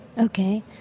Okay